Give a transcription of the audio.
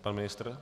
Pan ministr?